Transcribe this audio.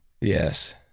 Yes